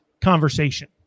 conversation